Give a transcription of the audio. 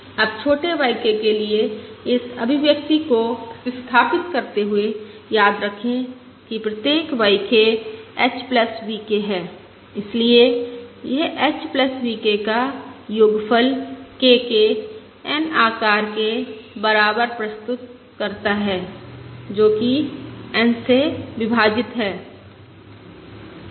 अब छोटे y k के लिए इस अभिव्यक्ति को प्रतिस्थापित करते हुए याद रखें कि प्रत्येक y k h v k है इसलिए यह hv k का योगफल k के N आकार के बराबर प्रस्तुत करता है जो कि n से विभाजित है